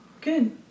Good